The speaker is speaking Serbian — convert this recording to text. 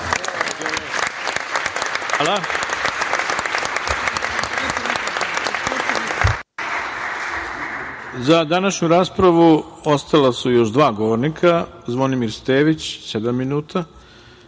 Hvala.Za današnju raspravu ostala su još dva govornika, Zvonimir Stević sedam minuta